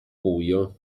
buio